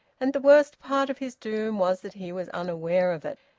and the worst part of his doom was that he was unaware of it.